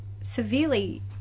severely